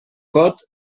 pot